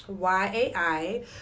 YAI